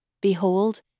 Behold